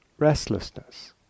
Restlessness